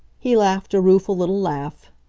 he laughed a rueful little laugh.